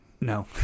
No